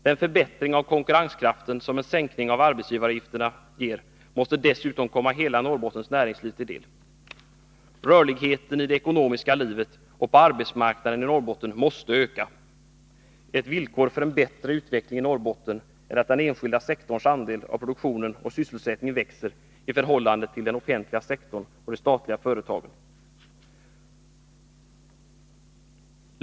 Den förbättring av konkurrenskraften som en sänkning av arbetsgivaravgifterna ger måste dessutom komma hela Norrbottens näringsliv till del. Rörligheten i det ekonomiska livet och på arbetsmarknaden i Norrbotten måste öka. Ett villkor för en bättre utveckling i Norrbotten är att den enskilda sektorns andel av produktion och sysselsättning växer i förhållande till den offentliga sektorns och de statliga företagens.